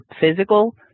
physical